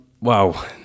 Wow